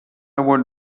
were